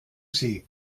sie